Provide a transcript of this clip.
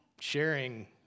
sharing